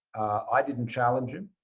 i didn't challenge him.